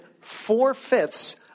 four-fifths